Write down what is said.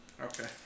Okay